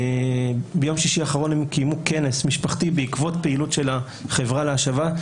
שביום שישי האחרון הם קיימו כנס משפחתי בעקבות פעילות של החברה להשבה,